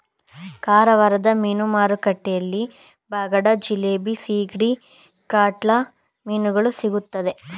ಕಾರವಾರದ ಮೀನು ಮಾರುಕಟ್ಟೆಯಲ್ಲಿ ಬಾಂಗಡ, ಜಿಲೇಬಿ, ಸಿಗಡಿ, ಕಾಟ್ಲಾ ಮೀನುಗಳು ಸಿಗುತ್ತದೆ